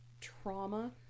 trauma